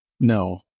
No